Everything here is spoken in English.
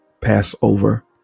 Passover